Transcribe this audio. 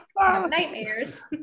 Nightmares